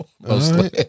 mostly